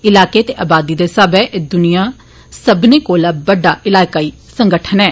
इलाके ते आबादी दे स्हाबै एह द्निया सब्बने कोला बड्डा इलाकाई संगठन ऐ